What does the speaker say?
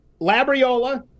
Labriola